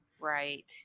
Right